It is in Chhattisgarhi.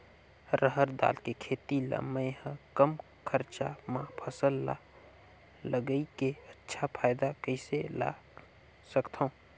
रहर दाल के खेती ला मै ह कम खरचा मा फसल ला लगई के अच्छा फायदा कइसे ला सकथव?